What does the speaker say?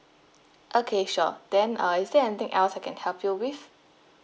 okay sure then uh is there anything else I can help you with